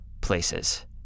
places